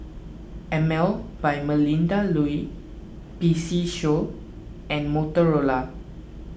Emel by Melinda Looi P C Show and Motorola